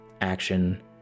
action